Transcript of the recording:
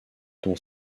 dont